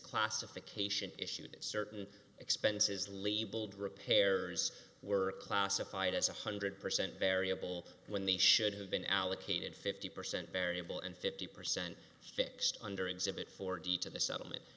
misclassification issues certain expenses labeled repairers were classified as one hundred percent variable when the should have been allocated fifty percent variable and fifty percent fixed under exhibit four d to the settlement